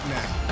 now